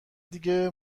دیگه